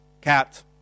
cat